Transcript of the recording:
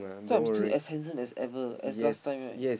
so I'm still as handsome as ever as last time right